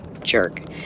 Jerk